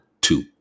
two